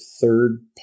third